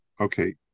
Okay